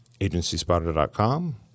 AgencySpotter.com